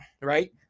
right